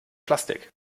plastik